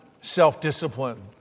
self-discipline